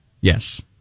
Yes